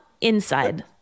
Inside